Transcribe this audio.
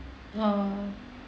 oo